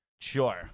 Sure